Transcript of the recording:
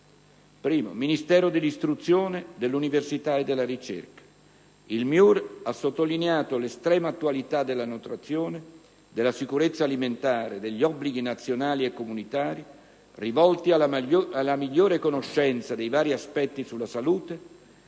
*a)*Ministero dell'istruzione, dell'università e della ricerca. Il MIUR ha sottolineato l'estrema attualità della nutrizione, della sicurezza alimentare, degli obblighi nazionali e comunitari rivolti alla migliore conoscenza dei vari aspetti sulla salute: